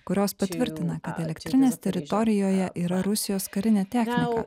kurios patvirtina kad elektrinės teritorijoje yra rusijos karinė technika